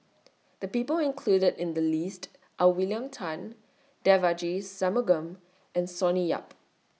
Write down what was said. The People included in The list Are William Tan Devagi Sanmugam and Sonny Yap